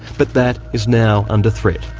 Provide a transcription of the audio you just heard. but that is now under threat.